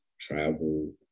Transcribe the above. travel